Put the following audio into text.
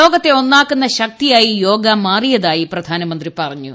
ലോകത്തെ ഒന്നാക്കുന്ന ശക്തിയായി യോഗ മാറിയതായി പ്രധാനമന്ത്രി പറഞ്ഞു